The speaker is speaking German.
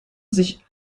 sich